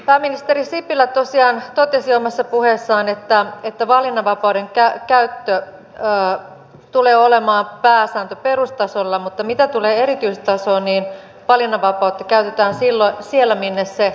pääministeri sipilä tosiaan totesi omassa puheessaan että valinnanvapauden käyttö tulee olemaan pääsääntö perustasolla mutta mitä tulee erityistasoon niin valinnanvapautta käytetään siellä minne se soveltuu